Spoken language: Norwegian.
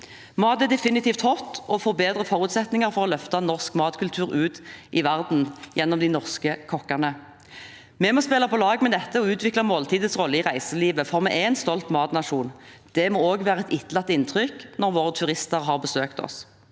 Mat er definitivt «hot», og få har bedre forutsetninger for å løfte norsk matkultur ut til verden enn de norske kokkene. Vi må spille på lag med dette og utvikle måltidets rolle i reiselivet, for vi er en stolt matnasjon. Det må også være et etterlatt inntrykk når våre turister har besøkt oss.